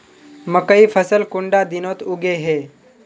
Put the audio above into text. मकई फसल कुंडा दिनोत उगैहे?